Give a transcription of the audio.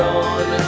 on